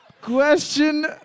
Question